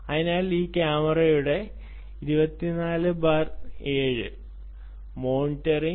അതായത് ഈ ക്യാമറയുടെ 24 ബാർ 7 മോണിറ്ററിംഗ്